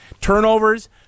turnovers